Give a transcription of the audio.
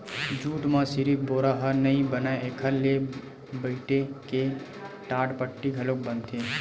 jute म सिरिफ बोरा ह नइ बनय एखर ले बइटे के टाटपट्टी घलोक बनथे